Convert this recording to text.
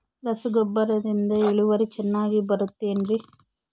ರಸಗೊಬ್ಬರದಿಂದ ಇಳುವರಿ ಚೆನ್ನಾಗಿ ಬರುತ್ತೆ ಏನ್ರಿ?